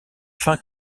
fin